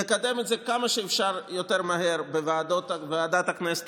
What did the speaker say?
נקדם את זה כמה שיותר מהר בוועדת הכנסת